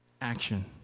action